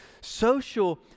social